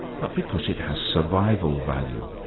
but because it has survival value.